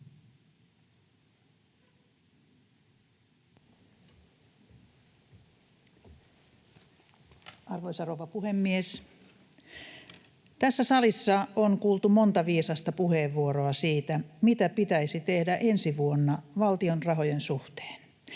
Arvoisa rouva puhemies! Tässä salissa on kuultu monta viisasta puheenvuoroa siitä, mitä pitäisi tehdä ensi vuonna valtion rahojen suhteen.